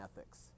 ethics